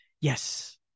Yes